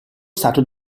stato